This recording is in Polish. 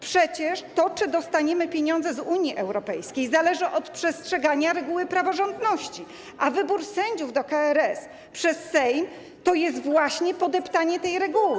Przecież to, czy dostaniemy pieniądze z Unii Europejskiej, zależy od przestrzegania reguły praworządności, a wybór sędziów do KRS przez Sejm to jest właśnie podeptanie tej reguły.